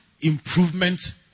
Improvement